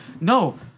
No